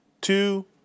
two